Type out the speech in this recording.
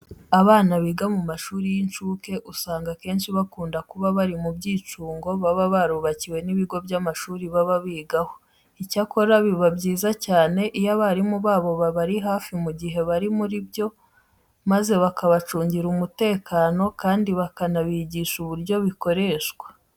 Abana biga mu mashuri y'incuke usanga akenshi bakunda kuba bari mu byicungo baba barubakiwe n'ibigo by'amashuri baba bigaho. Icyakora biba byiza cyane iyo abarimu babo babari hafi mu gihe bari muri byo maze bakabacungira umutekano kandi bakanabigisha uburyo bikoreshwa.